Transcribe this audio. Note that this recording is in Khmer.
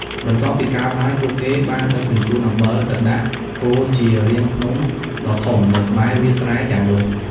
បន្ទាប់ពីកើបហើយ ពួកគេបានដឹកជញ្ជូនអំបិលទៅដាក់គរជារាងភ្នំដ៏ធំនៅក្បែរវាលស្រែទាំងនោះ។